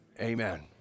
Amen